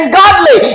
godly